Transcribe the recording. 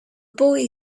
boy